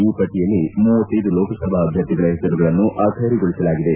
ಈ ಪಟ್ಟಿಯಲ್ಲಿ ತನ್ ಲೋಕಸಭಾ ಅಭ್ಯರ್ಥಿಗಳ ಹೆಸರುಗಳನ್ನು ಅಬ್ಬೆರುಗೊಳಸಲಾಗಿದೆ